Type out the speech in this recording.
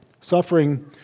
Suffering